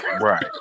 Right